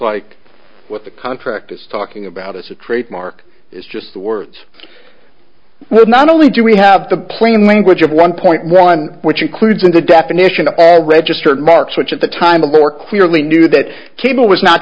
like what the contract is talking about as a trademark is just the words not only do we have the plain language of one point one which includes in the definition of all registered marks which at the time of our clearly knew that cable was not